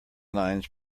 lines